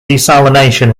desalination